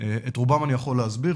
את רובם אני יכול להסביר,